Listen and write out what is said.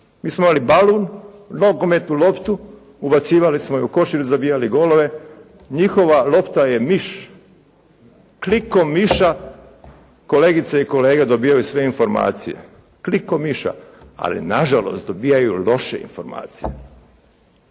Mi smo imali balun, nogometnu loptu, ubacivali smo je u koš ili zabijali golove. Njihova lopta je miš. Klikom miša kolegice i kolege dobivaju sve informacije. Klikom miša. Ali nažalost dobijaju loše informacije